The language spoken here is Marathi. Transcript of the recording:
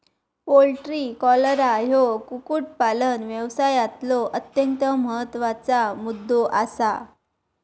पोल्ट्री कॉलरा ह्यो कुक्कुटपालन व्यवसायातलो अत्यंत महत्त्वाचा मुद्दो आसा